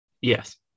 Yes